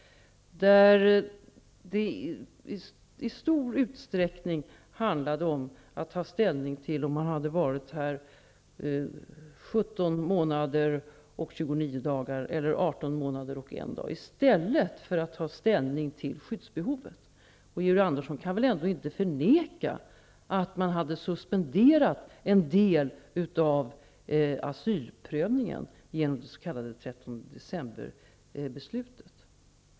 Då handlade det i stor utsträckning om att ta ställning till om människor hade varit här 17 månader och 29 dagar eller 18 månader och 1 dag, i stället för att ta ställning till skyddsbehovet. Georg Andersson kan väl ändå inte förneka att man hade suspenderat en del av asylprövningen genom det s.k. 13-decemberbeslutet.